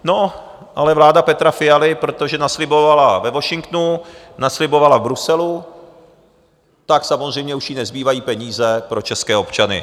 No, ale vláda Petra Fialy, protože naslibovala ve Washingtonu, naslibovala v Bruselu, tak samozřejmě už jí nezbývají peníze pro české občany.